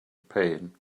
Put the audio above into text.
pain